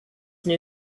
new